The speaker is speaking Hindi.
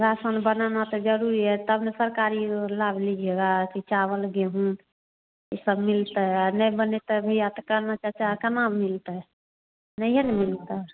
रासन बनाना तो ज़रूरी है तब ना सरकारी वह लाभ लीजिएगा अथि चावल गेहूँ यह सब मिलता और नहीं बने तभी और तो कन चाचा कना मिलता नहीं है ना मिलत